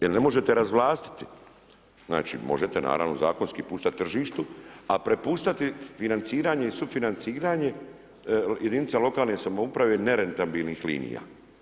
Jel ne možete razvlastiti, znači možete naravno zakonski pustit tržištu, a prepuštati financiranje i sufinanciranje jedinicama lokalne samouprave nerentabilnih linija.